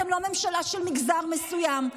אתם לא ממשלה של מגזר מסוים,